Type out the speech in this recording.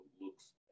looks